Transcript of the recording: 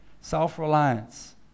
Self-reliance